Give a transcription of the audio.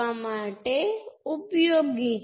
તેથી આ g parameter બે પોર્ટ માટે ઇક્વિવેલન્ટ સર્કિટ છે